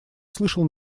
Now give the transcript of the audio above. слышал